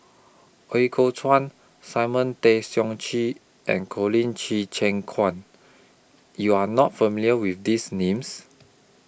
Ooi Kok Chuan Simon Tay Seong Chee and Colin Qi Chim Quan YOU Are not familiar with These Names